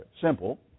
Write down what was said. simple